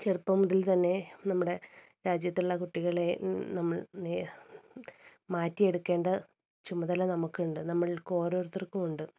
ചെറുപ്പം മുതൽ തന്നെ നമ്മുടെ രാജ്യത്തുള്ള കുട്ടികളെ നമ്മൾ മാറ്റിയെടുക്കേണ്ട ചുമതല നമുക്ക് ഉണ്ട് നമ്മൾക്കോരോരുത്തർക്കും ഉണ്ട്